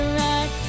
right